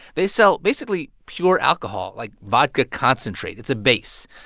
they sell, basically, pure alcohol like vodka concentrate. it's a base.